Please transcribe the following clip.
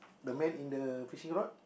the man in the fishing rod